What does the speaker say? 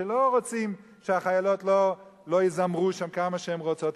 שלא רוצים שהחיילות לא יזמרו שם כמה שהן רוצות,